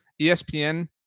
ESPN